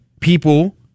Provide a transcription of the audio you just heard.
people